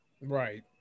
right